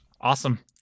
Awesome